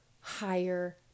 higher